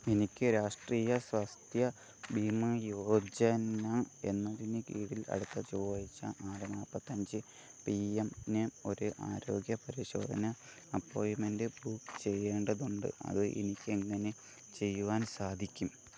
എനിക്ക് രാഷ്ട്രീയ സ്വാസ്ഥ്യ ബീമാ യോജന എന്നതിന് കീഴിൽ അടുത്ത ചൊവ്വാഴ്ച ആറ് നാൽപ്പത്തഞ്ച് പി എം ന് ഒര് ആരോഗ്യ പരിശോധന അപ്പോയിൻ്റ്മെൻ്റ് ബുക്ക് ചെയ്യേണ്ടതുണ്ട് അത് എനിക്കെങ്ങനെ ചെയ്യുവാൻ സാധിക്കും